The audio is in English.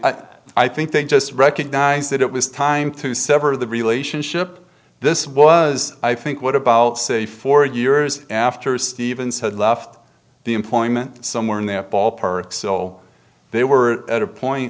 well i think they just recognized that it was time to sever the relationship this was i think what about say four years after stevens had left the employment somewhere in that ballpark so they were at a point